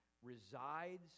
resides